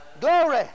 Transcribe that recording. glory